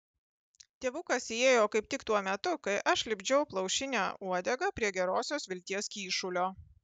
tėvukas įėjo kaip tik tuo metu kai aš lipdžiau plaušinę uodegą prie gerosios vilties kyšulio